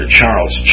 Charles